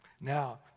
Now